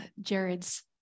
Jared's